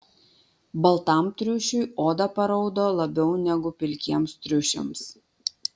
baltam triušiui oda paraudo labiau negu pilkiems triušiams